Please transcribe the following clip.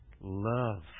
love